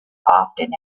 often